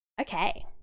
Okay